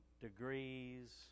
degrees